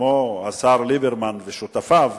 כמו השר ליברמן ושותפיו,